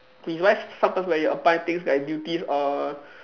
which is why sometimes when you apply things that duties err